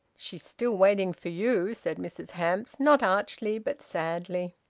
she's still waiting for you, said mrs hamps, not archly, but sadly.